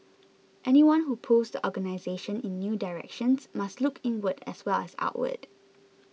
anyone who pulls the organisation in new directions must look inward as well as outward